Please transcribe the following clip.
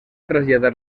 traslladar